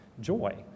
joy